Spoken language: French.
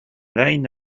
line